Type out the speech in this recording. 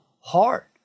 heart